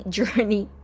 journey